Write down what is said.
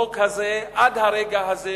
מתיישבים עד כה,